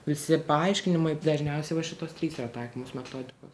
visi paaiškinimai dažniausiai va šitos trys yra taikomos metodikos